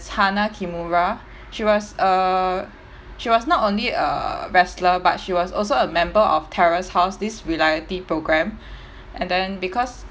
hana kimura she was a she was not only a wrestler but she was also a member of terrace house this reality programme and then because